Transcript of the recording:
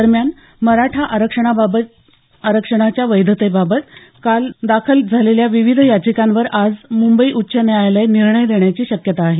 दरम्यान मराठा आरक्षणाच्या वैधतेबाबत दाखल झालेल्या विविध याचिकांवर आज मुंबई उच्च न्यायालय निर्णय देण्याची शक्यता आहे